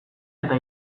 eta